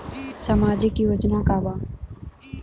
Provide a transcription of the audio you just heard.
सामाजिक योजना का बा?